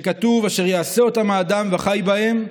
שכתוב: "אשר יעשה אֹתָם האדם וחי בהם"